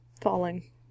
falling